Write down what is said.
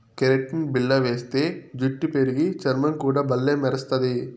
keratin బిల్ల వేస్తే జుట్టు పెరిగి, చర్మం కూడా బల్లే మెరస్తది